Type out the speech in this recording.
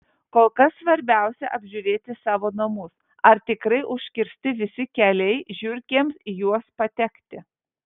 kol kas svarbiausia apžiūrėti savo namus ar tikrai užkirsti visi keliai žiurkėms į juos patekti